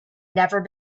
never